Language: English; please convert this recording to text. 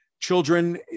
Children